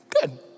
good